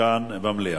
כאן במליאה.